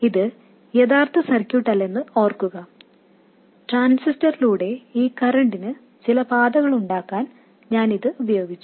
ഇത് യഥാർത്ഥ സർക്യൂട്ടിലല്ലെന്ന് ഓർക്കുക ട്രാൻസിസ്റ്ററിലൂടെ ഈ കറൻറിനു ചില പാതകളുണ്ടാക്കാൻ ഞാൻ ഇത് ഉപയോഗിച്ചു